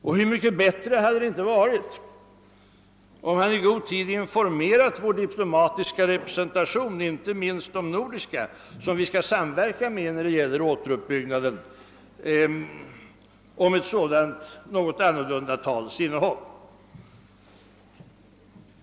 Och hur mycket bättre hade det inte varit om han i god tid informerat vår diplomatiska representation, inte minst i de nordiska länderna, med vilka vi skall samverka när det gäller återuppbyggnaden, om ett sådant något annorlunda tals innehåll.